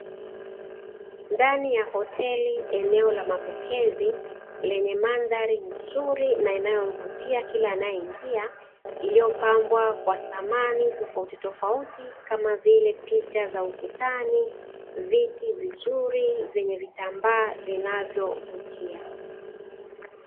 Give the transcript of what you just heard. Ndani ya hoteli eneo la mapokezi, lenye mandhari nzuri na inayomvutia kila anayeingia, iliyopambwa kwa samani tofautitofauti, kama vile picha za ukutani, viti vizuri vyenye vitambaa vinavyovutia.